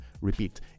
Repeat